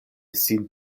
sin